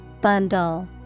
Bundle